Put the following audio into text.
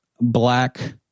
black